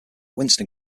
winston